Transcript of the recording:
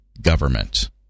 government